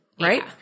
right